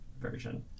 version